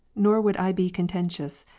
nor would i be contentious.